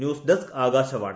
news desk Akashvani